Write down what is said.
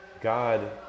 God